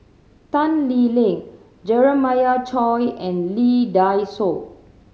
Tan Lee Leng Jeremiah Choy and Lee Dai Soh